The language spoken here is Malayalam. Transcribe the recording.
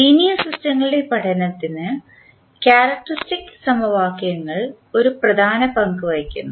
ലീനിയർ സിസ്റ്റങ്ങളുടെ പഠനത്തിന് ക്യാരക്ക്റ്ററിസ്റ്റിക് സമവാക്യങ്ങൾ ഒരു പ്രധാന പങ്ക് വഹിക്കുന്നു